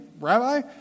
Rabbi